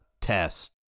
test